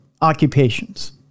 occupations